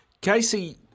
Casey